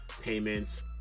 payments